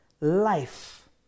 life